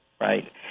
right